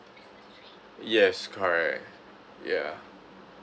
yes correct ya